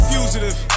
Fugitive